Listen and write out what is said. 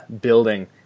building